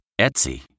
Etsy